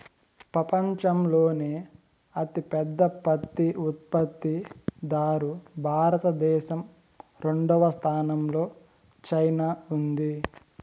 పపంచంలోనే అతి పెద్ద పత్తి ఉత్పత్తి దారు భారత దేశం, రెండవ స్థానం లో చైనా ఉంది